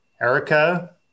Erica